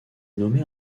nommée